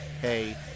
hey